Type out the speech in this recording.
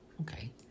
Okay